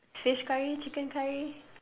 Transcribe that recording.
fish curry chicken curry